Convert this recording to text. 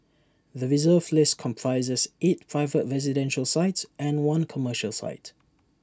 the Reserve List comprises eight private residential sites and one commercial site